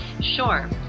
Sure